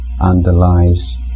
underlies